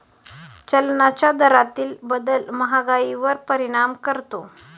चलनाच्या दरातील बदल महागाईवर परिणाम करतो